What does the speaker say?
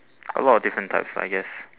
a lot of different types I guess